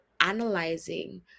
analyzing